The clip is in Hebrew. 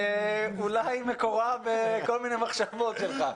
האם מקורה בכל מיני מחשבות שלך?